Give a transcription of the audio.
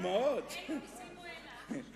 אילו מסים הוא העלה?